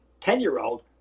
ten-year-old